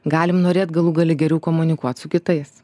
galim norėt galų gale geriau komunikuot su kitais